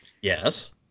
Yes